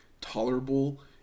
tolerable